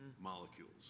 molecules